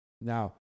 Now